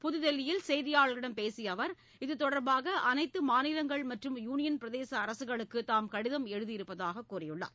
புதுதில்லியில் செய்தியாளர்களிடம் பேசிய அவர் இது தொடர்பாக அனைத்து மாநிலங்கள் மற்றும் யூனியன் பிரதேச அரசுகளுக்கு தாம் கடிதம் எழுதியிருப்பதாகக் கூறியுள்ளார்